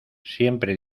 siempre